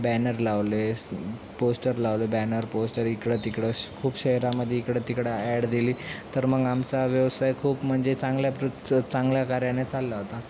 banner लावले poster लावले banner poster इकडं तिकडं खूप शहरामध्ये इकडं तिकडं ॲड दिली तर मग आमचा व्यवसाय खूप म्हणजे चांगल्या प्र चांगल्या कार्याने चालला होता